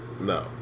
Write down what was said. No